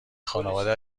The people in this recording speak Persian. خانواده